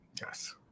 yes